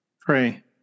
pray